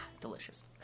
delicious